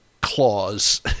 clause